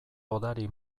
odari